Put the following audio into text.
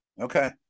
Okay